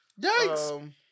Yikes